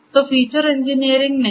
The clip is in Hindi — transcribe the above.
तो फीचर इंजीनियरिंग नहीं है